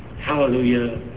Hallelujah